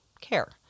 care